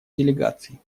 делегаций